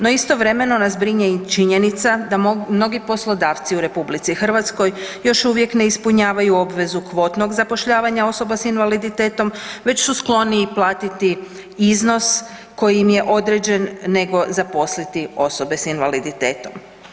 No, istovremeno nas brine i činjenica da mnogi poslodavci u RH još uvijek ne ispunjavaju obvezu kvotnog zapošljavanja osoba s invaliditetom već su skloniji platiti iznos koji im je određen nego zaposliti osobe s invaliditetom.